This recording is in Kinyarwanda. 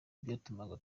byatumaga